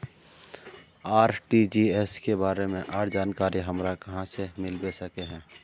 RTGS के बारे में आर जानकारी हमरा कहाँ से मिलबे सके है?